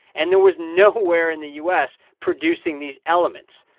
and there was nowhere in the u s. producing these elements.